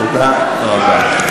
תודה רבה.